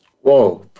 Whoa